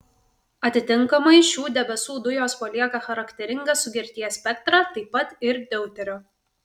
atitinkamai šių debesų dujos palieka charakteringą sugerties spektrą taip pat ir deuterio